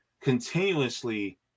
continuously